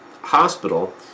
Hospital